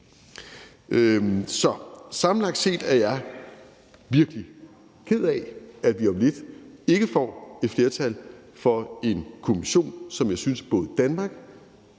Så samlet set er jeg virkelig ked af, at vi om lidt ikke får et flertal for en kommission, som jeg synes at både Danmark,